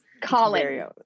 Colin